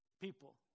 people